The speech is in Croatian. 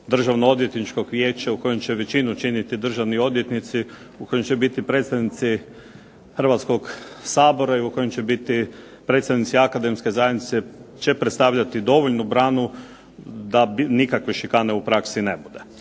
Državnoodvjetničkog vijeća u kojem će većinu činiti državni odvjetnici u kojim će biti predstavnici Hrvatskog sabora i u kojem će biti predstavnici akademske zajednice će predstavljati dovoljnu branu da nikakve šikane u praksi ne bude.